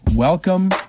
Welcome